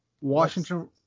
Washington